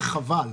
וחבל,